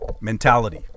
mentality